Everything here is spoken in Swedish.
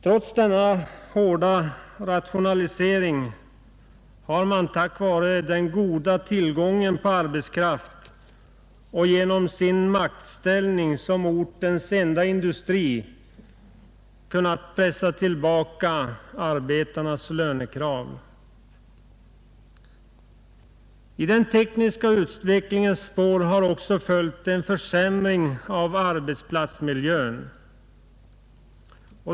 Trots denna hårda rationalisering har man på grund av den goda tillgången på arbetskraft och genom sin maktställning som ortens enda industri kunnat pressa tillbaka arbetarnas lönekrav. I den tekniska utvecklingens spår har följt en försämring av arbetsplatsmiljön.